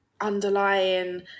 underlying